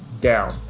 Down